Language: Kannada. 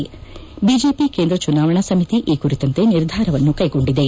ಐಜೆಪಿ ಕೇಂದ್ರ ಚುನಾವಣಾ ಸಮಿತಿ ಈ ಕುರಿತಂತೆ ನಿರ್ಧಾರವನ್ನು ಕೈಗೊಂಡಿದೆ